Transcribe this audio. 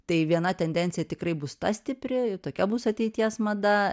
tai viena tendencija tikrai bus ta stipri tokia bus ateities mada